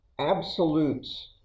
absolutes